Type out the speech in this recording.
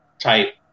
type